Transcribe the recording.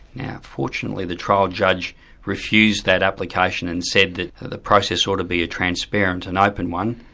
now fortunately the trial judge refused that application and said that the process ought to be a transparent and open one,